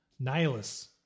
Nihilus